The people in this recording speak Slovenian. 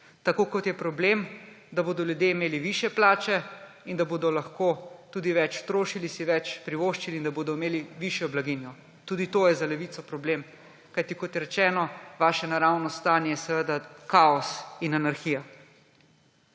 Tako kot je problem, da bodo ljudje imeli višje plače in da bodo lahko tudi več trošili, si več privoščili in da bodo imeli višjo blaginjo. Tudi to je za Levico problem, kajti, kot rečeno, vaše naravno stanje je seveda kaos in anarhija.